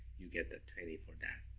you get the twenty for that.